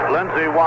Lindsey